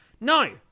No